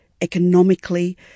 economically